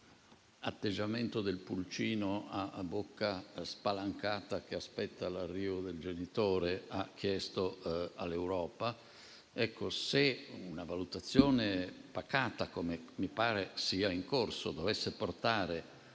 atteggiamento del pulcino a bocca spalancata che aspetta l'arrivo del genitore, ha chiesto all'Europa - dovesse fare una valutazione pacata, che mi pare sia in corso, che dovesse portare